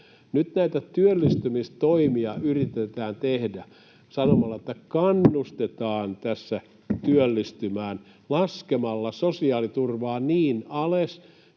Nyt näitä työllistymistoimia yritetään tehdä sanomalla, että kannustetaan tässä työllistymään laskemalla sosiaaliturvaa niin alas,